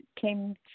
came